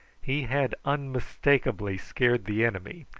he had unmistakably scared the enemy,